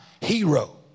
hero